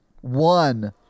one